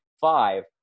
five